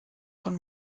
von